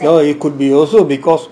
no it could also be because